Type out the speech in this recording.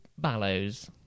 Ballows